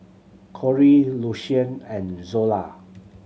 Corie Lucian and Zola